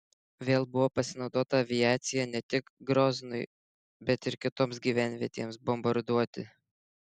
vėl buvo pasinaudota aviacija ne tik groznui bet ir kitoms gyvenvietėms bombarduoti